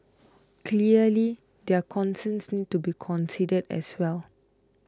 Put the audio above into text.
clearly their concerns need to be considered as well